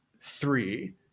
three